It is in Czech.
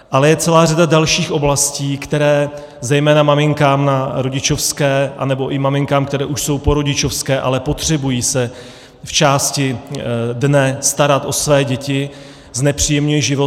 Ale je celá řada dalších oblastí, které zejména maminkám na rodičovské nebo i maminkám, které už jsou po rodičovské, ale potřebují se v části dne starat o své děti, znepříjemňují život.